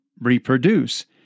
reproduce